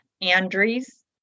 Andries